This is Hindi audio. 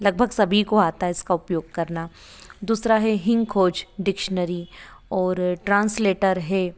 लगभग सभी को आता है इसका उपयोग करना दूसरा है हिंखोज डिक्शनरी और ट्रांसलेटर है